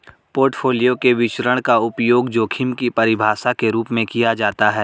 portfolio के विचरण का उपयोग जोखिम की परिभाषा के रूप में किया जाता है